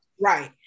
Right